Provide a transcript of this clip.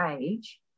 age